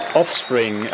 offspring